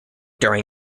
during